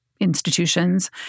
institutions